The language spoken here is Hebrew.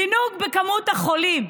זינוק במספר החולים.